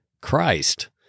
Christ